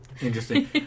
interesting